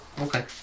okay